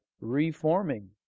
reforming